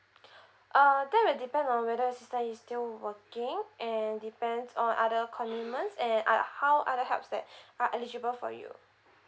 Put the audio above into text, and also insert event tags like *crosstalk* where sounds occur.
*breath* uh that will depend on whether your sister is still working and depends on other condiments and uh how other helps that are eligible for you